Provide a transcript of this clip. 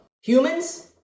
Humans